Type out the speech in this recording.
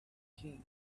king